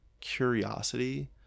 curiosity